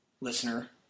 listener